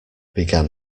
began